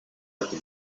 ati